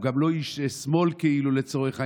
הוא גם לא איש שמאל, כאילו, לצורך העניין,